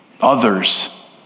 others